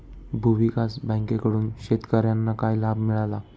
भूविकास बँकेकडून शेतकर्यांना काय लाभ मिळाला?